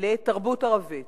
לתרבות ערבית.